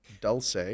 Dulce